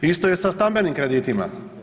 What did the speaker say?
Isto je sa stambenim kreditima.